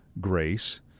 grace